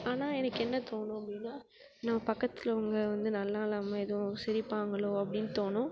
ஆனால் எனக்கு என்ன தோணும் அப்படின்னா நான் பக்கத்துலவங்க வந்து நல்லா இல்லாமல் எதுவும் சிரிப்பாங்களோ அப்படின்னு தோணும்